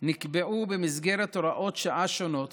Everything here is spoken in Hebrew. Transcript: נקבעו במסגרת הוראות שעה שונות